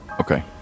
Okay